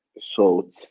salt